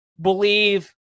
believe